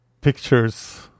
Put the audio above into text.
pictures